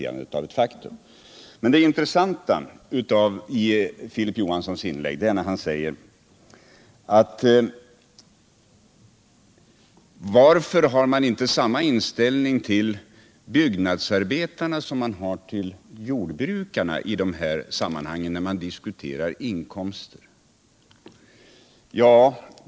Fredagen den Det intressanta i Filip Johanssons inlägg är att han frågar varför man 16 december 1977 inte har samma inställning till byggnadsarbetarna som man har till jordbrukarna när man diskuterar inkomster.